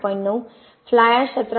9 fly ash 17